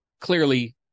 clearly